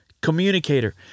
communicator